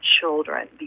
children